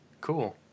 cool